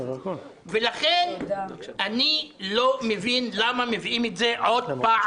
לכן אני לא מבין למה מביאים את זה שוב,